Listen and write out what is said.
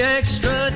extra